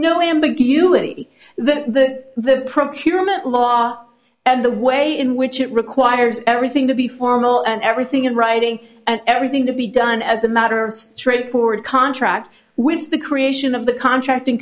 no ambiguity that the procurement law and the way in which it requires everything to be formal and everything in writing and everything to be done as a matter of straightforward contract with the creation of the contracting